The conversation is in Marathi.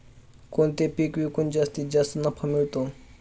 कोणते पीक विकून जास्तीत जास्त नफा मिळतो?